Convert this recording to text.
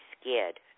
scared